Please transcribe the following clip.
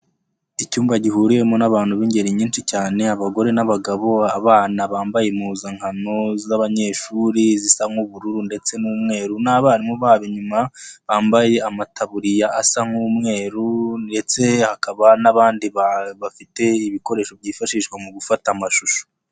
Icyumba gihuriyemo n'abantu b'ingeri nyinshi cyane abagore n'abagabo, abana bambaye impuzankano z'abanyeshuri, zisa nk'ubururu ndetse n'umweru n'abarimu babo inyuma, bambaye amataburiya asa nk'umweru ndetse hakaba n'abandi bafite ibikoresho byifashishwa mu gufata amashusho.